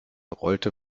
rollte